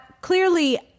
clearly